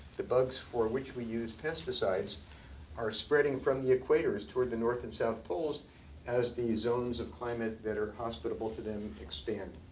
the bugs for which we use pesticides are spreading from the equators toward the north and south poles as these zones of climate that are hospitable to them expand.